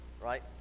right